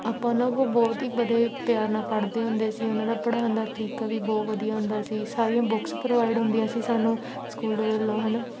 ਆਪਾਂ ਉਹਨਾਂ ਕੋਲ ਬਹੁਤ ਹੀ ਬੜੇ ਪਿਆਰ ਨਾਲ ਪੜ੍ਹਦੇ ਹੁੰਦੇ ਸੀ ਉਹਨਾਂ ਦਾ ਪੜ੍ਹਾਉਣ ਦਾ ਤਰੀਕਾ ਵੀ ਬਹੁਤ ਵਧੀਆ ਹੁੰਦਾ ਸੀ ਸਾਰੀਆਂ ਬੁੱਕਸ ਪ੍ਰੋਵਾਈਡ ਹੁੰਦੀਆਂ ਸੀ ਸਾਨੂੰ ਸਕੂਲ ਵੱਲੋਂ ਹੈ ਨਾ